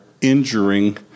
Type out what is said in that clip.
injuring